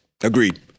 Agreed